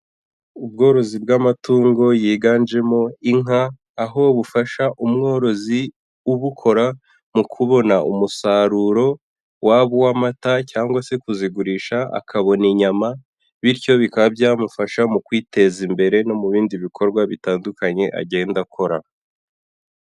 Ubworozi bw'amatungo yiganjemo inka, aho bufasha umworozi ubukora mu kubona umusaruro waba uw'amata cyangwa se kuzigurisha akabona inyama, bityo bikaba byamufasha mu kwiteza imbere no mu bindi bikorwa bitandukanye agenda akora.